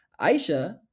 Aisha